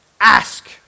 ask